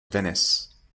venice